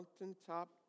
mountaintop